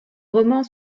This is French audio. roman